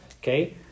okay